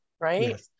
right